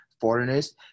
foreigners